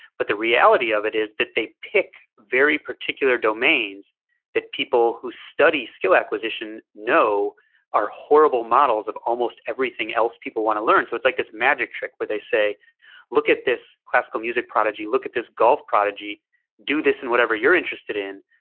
but the reality of it is that they pick very particular domains that people who study skill acquisition know are horrible models of almost everything else people want to learn. so it's like this magic trick where they say look at this classical music prodigy. look at this golf prodigy do this in whatever you're interested in.